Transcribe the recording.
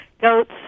goats